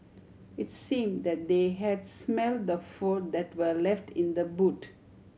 it's seem that they has smelt the food that were left in the boot